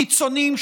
קיצונים,